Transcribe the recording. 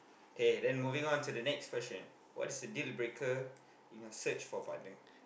okay then moving on to the next question what is the deal breaker in your search for partner